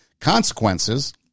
consequences